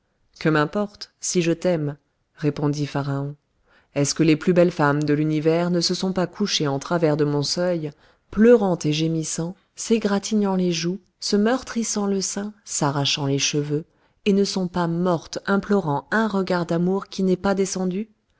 que m'importe si je t'aime répondit pharaon est-ce que les plus belles femmes de l'univers ne se sont pas couchées en travers de mon seuil pleurant et gémissant s'égratignant les joues se meurtrissant le sein s'arrachant les cheveux et ne sont pas mortes implorant un regard d'amour qui n'est pas descendu